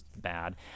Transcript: Bad